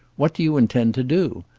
what do you intend to do?